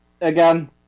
Again